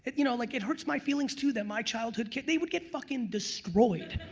you know, like it hurts my feelings too that my childhood kid they would get fuckin' destroyed.